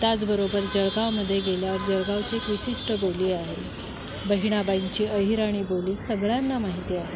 त्याचबरोबर जळगावमध्ये गेल्यावर जळगावची एक विशिष्ट बोली आहे बहिणाबाईंची अहिराणी बोली सगळ्यांना माहिती आहे